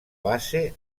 base